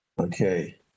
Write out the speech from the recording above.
Okay